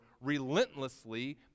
relentlessly